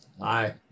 Hi